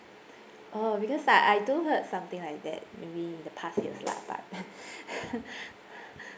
orh because I I do heard something like that maybe in the past years lah but